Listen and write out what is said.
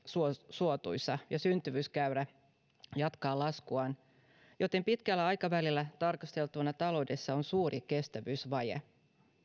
suotuisa ja syntyvyyskäyrä jatkaa laskuaan joten pitkällä aikavälillä tarkasteltuna taloudessa on suuri kestävyysvaje